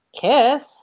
Kiss